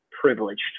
privileged